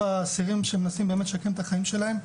האסירים שמנסים באמת לשקם את החיים שלהם.